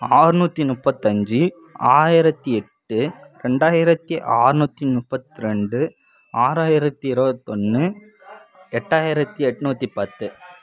ஆறுநூத்தி முப்பத்தஞ்சி ஆயிரத்தி எட்டு ரெண்டாயிரத்தி ஆறுநூத்தி முப்பத்தி ரெண்டு ஆறாயிரத்தி இருபத்தொன்னு எட்டாயிரத்தி எண்நூத்தி பத்து